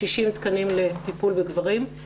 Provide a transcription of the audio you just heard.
60 תקנים לטיפול בגברים,